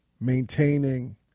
maintaining